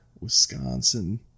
Wisconsin